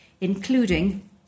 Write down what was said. including